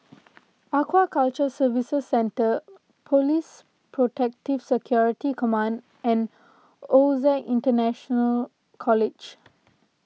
Aquaculture Services Centre Police Protective Security Command and Osac International College